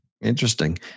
Interesting